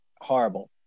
Horrible